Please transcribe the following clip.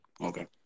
Okay